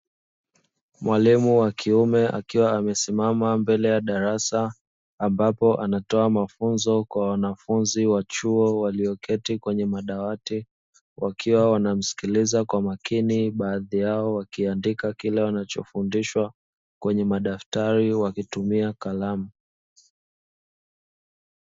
Mwalimu wa kiume akiwa amesimama mbele ya darasa, ambapo anatoa mafunzo kwa wanafunzi wa chuo walioketi kwenye madawati wakiwa wanamsikiliza kwa makini baadhi yao wakiandika kila wanachofundishwa kwenye madaftari wakitumia kalamu.